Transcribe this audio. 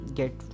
get